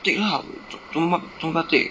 take lah /做么做么不傲\ take